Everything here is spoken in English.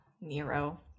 Nero